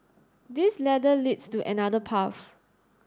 this ladder leads to another path